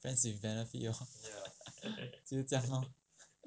friends with benefits lor 就是这样 lor